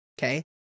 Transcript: Okay